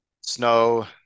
snow